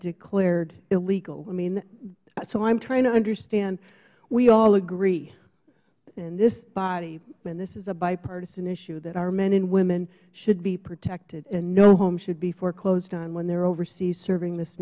declared illegal so i am trying to understand we all agree in this bodyh and this is a bipartisan issueh that our men and women should be protected and no home should be foreclosed on when they are overseas serving this